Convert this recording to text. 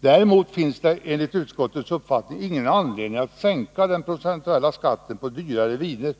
Däremot finns det enligt utskottets uppfattning ingen anledning att sänka den procentuella skatten på dyrare viner,